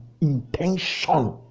intention